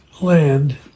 land